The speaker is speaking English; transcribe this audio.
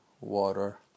water